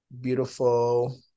beautiful